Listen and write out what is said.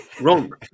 wrong